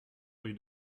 rue